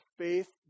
Faith